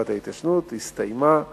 תקופת ההתיישנות, היא הסתיימה,